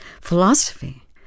philosophy